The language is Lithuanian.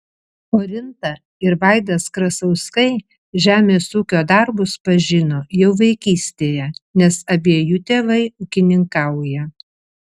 orinta ir vaidas krasauskai žemės ūkio darbus pažino jau vaikystėje nes abiejų tėvai ūkininkauja